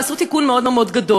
עשו תיקון מאוד מאוד גדול.